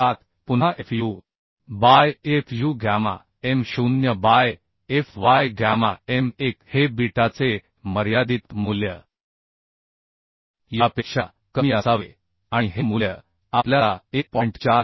307 पुन्हा Fu by Fu gamma m 0 by Fy gamma m 1 हे बीटाचे मर्यादित मूल्य यापेक्षा कमी असावे आणि हे मूल्य आपल्याला 1